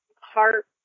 heart